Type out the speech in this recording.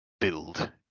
build